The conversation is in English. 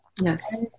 Yes